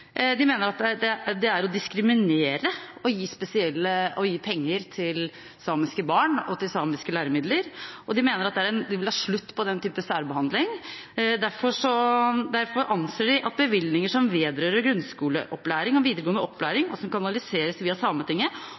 De mener at det er å diskriminere å gi penger til samiske barn og til samiske læremidler, og de vil ha slutt på den type særbehandling. Derfor anser de at «bevilgninger som vedrører grunnskoleopplæring og videregående opplæring, og som kanaliseres via Sametinget,